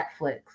Netflix